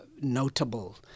notable